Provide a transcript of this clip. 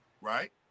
right